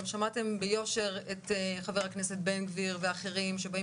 גם שמעתם ביושר את חבר הכנסת בן גביר ואחרים שבאים